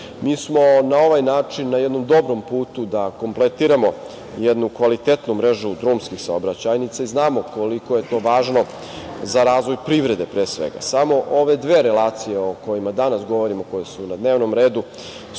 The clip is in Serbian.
smo na ovaj način na jednom dobrom putu da kompletiramo jednu kvalitetnu mrežu drumskih saobraćajnica i znamo koliko je to važno za razvoj privrede, pre svega. Samo ove dve relacije o kojima danas govorimo, koje su na dnevnom redu,